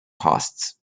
costs